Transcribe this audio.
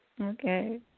Okay